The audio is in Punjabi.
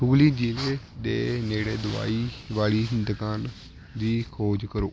ਹੂਗਲੀ ਜ਼ਿਲ੍ਹੇ ਦੇ ਨੇੜੇ ਦਵਾਈ ਵਾਲੀ ਦੁਕਾਨ ਦੀ ਖੋਜ ਕਰੋ